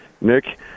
Nick